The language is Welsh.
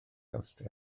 awstria